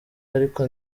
ariko